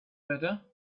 butter